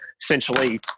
essentially